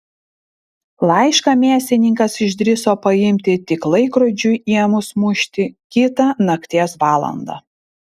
laišką mėsininkas išdrįso paimti tik laikrodžiui ėmus mušti kitą nakties valandą